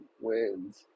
wins